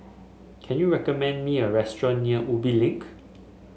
can you recommend me a restaurant near Ubi Link